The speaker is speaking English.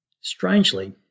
Strangely